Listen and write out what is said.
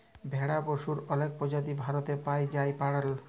ভেড়ার পশুর অলেক প্রজাতি ভারতে পাই জাই গাড়ল